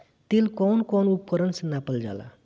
तेल कउन कउन उपकरण से नापल जाला?